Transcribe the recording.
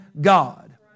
God